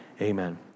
Amen